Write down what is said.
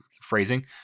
phrasing